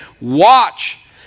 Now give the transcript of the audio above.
watch